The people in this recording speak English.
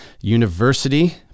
University